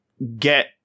get